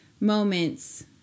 moments